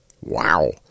wow